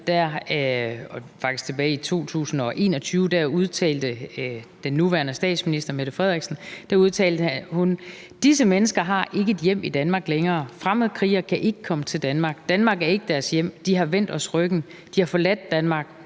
faktisk tilbage i 2021 – udtalte den nuværende statsminister: »Disse mennesker har ikke et hjem i Danmark længere. Fremmedkrigere kan ikke komme hjem til Danmark. Danmark er ikke deres hjem. De har vendt os ryggen. De har forladt Danmark.